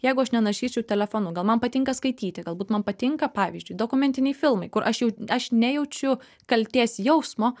jeigu aš nerašyčiau telefonu gal man patinka skaityti galbūt man patinka pavyzdžiui dokumentiniai filmai kur aš jau aš nejaučiu kaltės jausmo